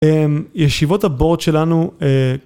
ישיבות הboard שלנו